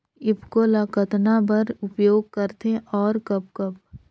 ईफको ल कतना बर उपयोग करथे और कब कब?